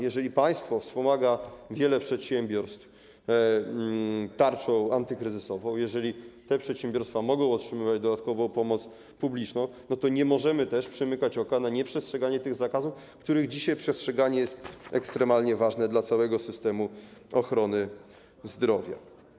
Jeżeli państwo wspomaga wiele przedsiębiorstw tarczą antykryzysową, jeżeli te przedsiębiorstwa mogą otrzymywać dodatkową pomoc publiczną, to nie możemy przymykać oczu na nieprzestrzeganie tych zakazów, których przestrzeganie jest dzisiaj ekstremalnie ważne dla całego systemu ochrony zdrowia.